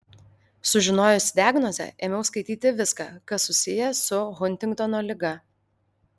sužinojusi diagnozę ėmiau skaityti viską kas susiję su huntingtono liga